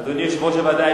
אדוני יושב-ראש הוועדה,